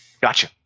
Gotcha